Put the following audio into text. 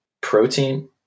protein